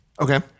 Okay